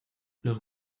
los